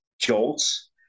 jolts